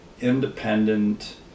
independent